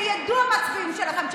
שידעו המצביעים שלכם,